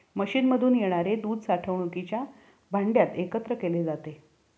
मशीनमधून येणारे दूध साठवणुकीच्या भांड्यात एकत्र केले जाते